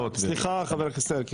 סליחה, חבר הכנסת אלקין.